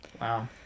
wow